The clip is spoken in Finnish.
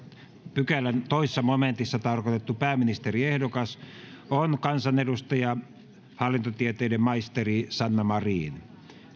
pykälän toisessa momentissa tarkoitettu pääministeriehdokas on kansanedustaja hallintotieteiden maisteri sanna marin